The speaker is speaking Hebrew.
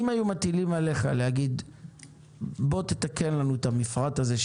אם היו מטילים עליך להציע לתקן את המפרט הזה,